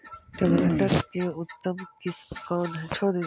टमाटर के उतम किस्म कौन है?